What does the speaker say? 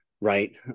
Right